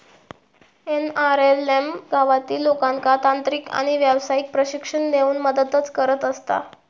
NRLM गावातील लोकांका तांत्रिक आणि व्यावसायिक प्रशिक्षण देऊन मदतच करत असता